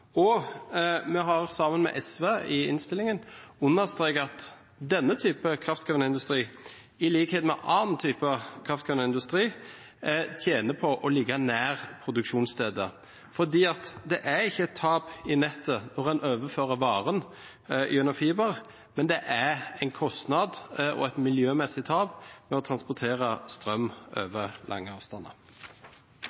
forslag. Vi har sammen med SV i innstillingen understreket at denne typen kraftkrevende industri, i likhet med annen kraftkrevende industri, tjener på å ligge nær produksjonsstedet, for det blir ikke tap i nettet når en overfører varen gjennom fiber, men det blir en kostnad og et miljømessig tap ved å transportere strøm over lange avstander.